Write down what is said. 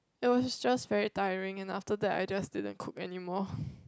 that was just very tiring and after that I just didn't cook anymore